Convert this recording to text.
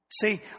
See